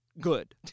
Good